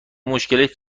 مشکلت